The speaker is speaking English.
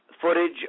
Footage